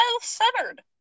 self-centered